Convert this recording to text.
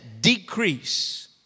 decrease